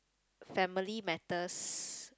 family matters